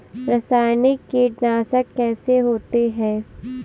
रासायनिक कीटनाशक कैसे होते हैं?